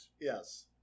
Yes